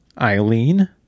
eileen